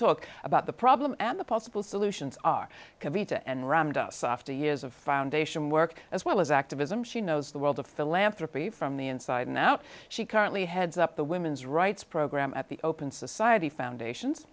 talk about the problem and the possible solutions are key to end ramdass after years of foundation work as well as activism she knows the world of philanthropy from the inside now she currently heads up the women's rights program at the open society foundations